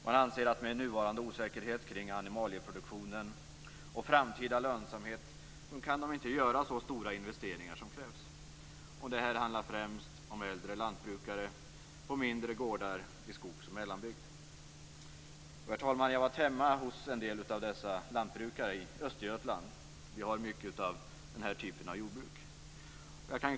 De anser att med nuvarande osäkerhet kring animalieproduktionen och framtida lönsamhet, kan de inte göra så stora investeringar som krävs. Det handlar främst om äldre lantbrukare på mindre gårdar i skogs och mellanbygder. Herr talman! Jag har varit hemma hos en del av dessa lantbrukare i Östergötland. Där finns mycket av den typen av jordbruk.